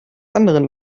anderen